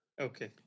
Okay